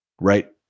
Right